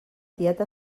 tieta